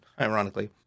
ironically